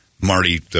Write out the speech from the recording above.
Marty